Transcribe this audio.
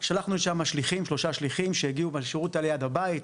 שלחנו לצרפת שלושה שליחים שהגיעו בשירות על יד הבית.